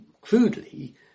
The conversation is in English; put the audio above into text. crudely